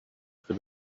for